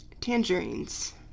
tangerines